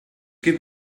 give